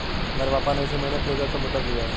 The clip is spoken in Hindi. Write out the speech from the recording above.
मेरे पापा ने इस महीने फ्रीज और कंप्यूटर लिया है